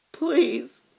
Please